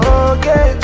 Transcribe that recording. okay